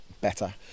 better